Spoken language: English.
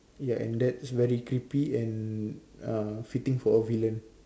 ya and that's very creepy and uh fitting for a villain